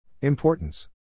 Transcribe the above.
Importance